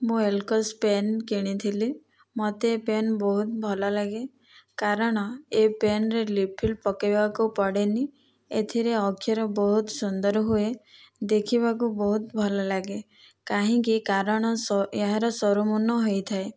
ମୁଁ ଏଲକସ୍ ପେନ୍ କିଣିଥିଲି ମତେ ଏ ପେନ୍ ବହୁତ ଭଲଲାଗେ କାରଣ ଏ ପେନ୍ରେ ରିଫିଲ୍ ପକେଇବାକୁ ପଡ଼େନାହିଁ ଏଥିରେ ଅକ୍ଷର ବହୁତ ସୁନ୍ଦର ହୁଏ ଦେଖିବାକୁ ବହୁତ ଭଲ ଲାଗେ କାହିଁକି କାରଣ ଏହାର ସରୁ ମୁନ ହୋଇଥାଏ